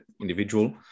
individual